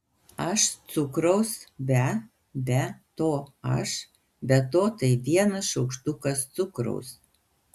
aš cukraus be be to aš be to tai vienas šaukštukas cukraus